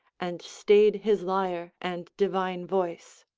and stayed his lyre and divine voice.